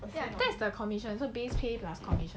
ya that's the commission so base pay plus college